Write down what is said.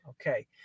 okay